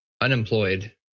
unemployed